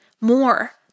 more